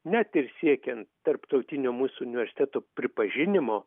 net ir siekiant tarptautinio mūsų universiteto pripažinimo